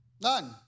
none